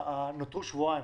נותרו שבועיים.